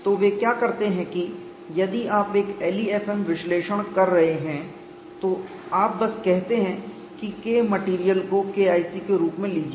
तो वे क्या करते हैं कि यदि आप एक LEFM विश्लेषण कर रहे हैं तो आप बस कहते हैं कि Kmat को KIC के रूप में लीजिये